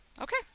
okay